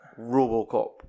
Robocop